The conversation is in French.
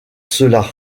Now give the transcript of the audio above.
cela